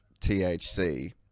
thc